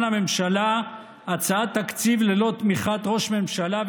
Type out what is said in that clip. הממשלה הצעת תקציב ללא תמיכת ראש ממשלה,